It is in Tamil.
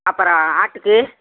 அப்பறம் ஆட்டுக்கு